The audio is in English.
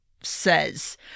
says